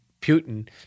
Putin